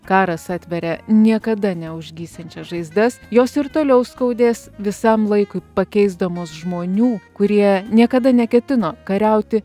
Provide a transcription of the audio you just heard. karas atveria niekada neužgysiančias žaizdas jos ir toliau skaudės visam laikui pakeisdamos žmonių kurie niekada neketino kariauti